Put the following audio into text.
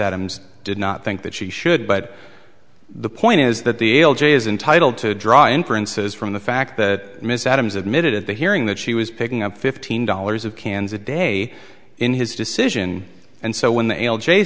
adams did not think that she should but the point is that the l j is entitle to draw inferences from the fact that miss adams admitted at the hearing that she was picking up fifteen dollars of cans a day in his decision and so when the l j